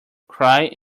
cry